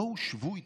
בואו, שבו איתנו.